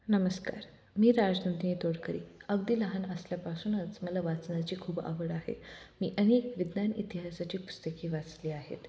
नमस्कार मी राजनंदिनी तोडकरी अगदी लहान असल्यापासूनच मला वाचनाची खूप आवड आहे मी अनेक विज्ञान इतिहासाची पुस्तके वाचली आहेत